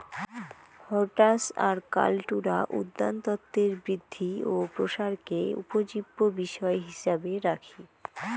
হরটাস আর কাল্টুরা উদ্যানতত্বের বৃদ্ধি ও প্রসারকে উপজীব্য বিষয় হিছাবে রাখি